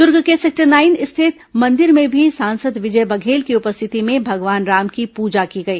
दुर्ग के sector nine स्थित मंदिर में भी सांसद विजय बघेल की उपस्थिति में भगवान राम की पूजा की गई